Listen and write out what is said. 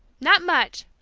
not much!